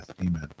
Amen